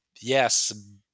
yes